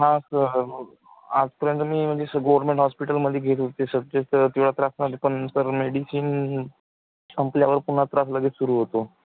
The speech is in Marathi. हां सर आजपर्यंत मी म्हणजे स गोरमेंट हॉस्पिटलमध्ये घेत होते पण सर मेडिसीन संपल्यावर पुन्हा त्रास लगेच सुरू होतो